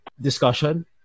discussion